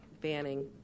banning